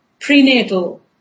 prenatal